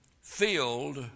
filled